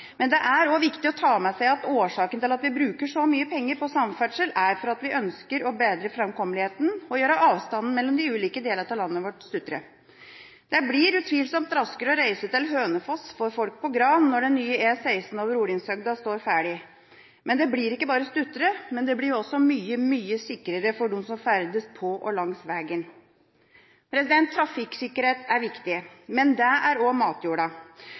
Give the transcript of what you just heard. Men det er også viktig å ta med seg at årsaken til at vi bruker så mange penger på samferdsel, er at vi ønsker å bedre framkommeligheten og gjøre avstandene mellom de ulike delene av landet vårt stuttere. Det blir utvilsomt raskere å reise til Hønefoss for folk på Gran når den nye E16 over Olimbshøgda står ferdig. Men det blir ikke bare stuttere; det blir også mye sikrere for dem som ferdes på og langs vegen. Trafikksikkerhet er viktig, men det er også matjorda.